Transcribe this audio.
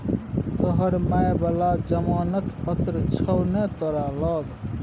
तोहर माय बला जमानत पत्र छौ ने तोरा लग